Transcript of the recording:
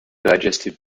digestive